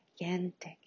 gigantic